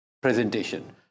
presentation